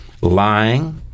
lying